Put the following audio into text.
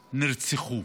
נרצחו.